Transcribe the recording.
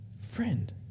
friend